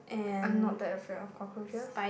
I'm not that afraid of cockroaches